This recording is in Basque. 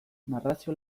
narrazio